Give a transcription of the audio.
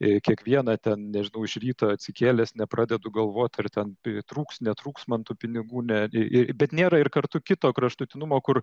ir kiekvieną ten nežinau iš ryto atsikėlęs nepradedu galvot ar ten pritrūks netrūks man tų pinigų ne ir bet nėra ir kartu kito kraštutinumo kur